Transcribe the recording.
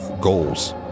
goals